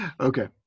okay